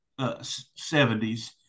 70s